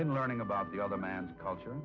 and learning about the other man's culture